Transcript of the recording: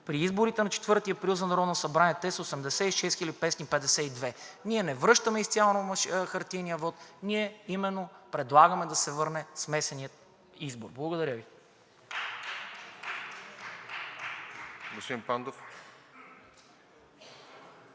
При изборите на 4 април за Народно събрание те са 86 552. Ние не връщаме изцяло хартиения вот, ние именно предлагаме да се върне смесеният избор. Благодаря Ви.